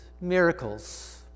miracles